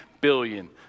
billion